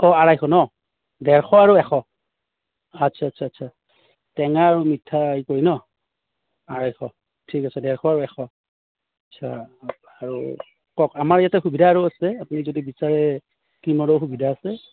অঁ আঢ়াইশ ন ডেৰশ আৰু এশ আচ্ছা আচ্ছা আচ্ছা টেঙা আৰু মিঠা হেৰি কৰি ন আঢ়াইশ ঠিক আছে ডেৰশ আৰু এশ আচ্ছা আৰু কওক আমাৰ ইয়াত সুবিধা আৰু আছে আপুনি যদি বিচাৰে ক্ৰীমৰো সুবিধা আছে